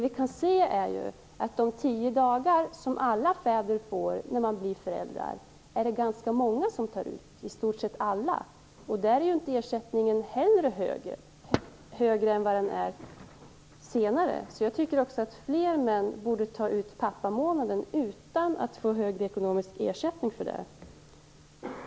Vi kan se att det är ganska många, i stort sett alla, som tar ut de tio dagar som alla fäder får när de blir föräldrar, och där är ju inte ersättningen högre än vad den är senare. Jag tycker att fler män borde ta ut pappamånaden utan att få högre ekonomisk ersättning för det.